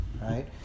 right